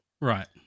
Right